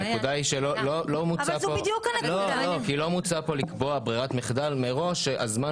הנקודה היא שלא מוצע פה לקבוע ברירת מחדל מראש שהזמן